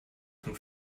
von